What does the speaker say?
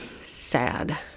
sad